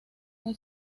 muy